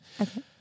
Okay